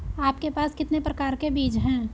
आपके पास कितने प्रकार के बीज हैं?